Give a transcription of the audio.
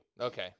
Okay